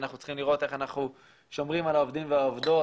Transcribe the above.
אנחנו צריכים לראות איך אנחנו שומרים על העובדים והעובדות,